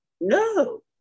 No